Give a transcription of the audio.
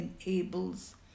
enables